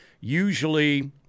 usually